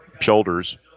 shoulders